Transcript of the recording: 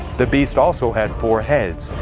the beast also had four heads,